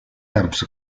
verbs